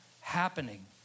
happening